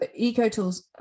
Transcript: EcoTools